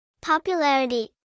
Popularity